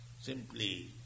simply